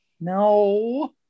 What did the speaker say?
no